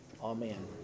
Amen